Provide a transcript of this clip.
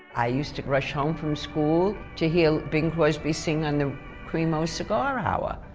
i used to rush home from school to hear ah, bing crosby sing on the cremo cigar hour,